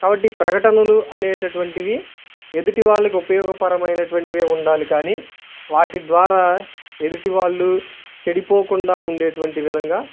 కాబట్టి ప్రకటనలు అనేటటువంటివి ఎదుటి వాళ్ళకు ఉపయోగకరమైన అటువంటివి ఉండాలి కానీ వాటి ద్వారా ఎదుటి వాళ్ళు చెడిపోకుండా ఉండేటటువంటి విధంగా